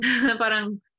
parang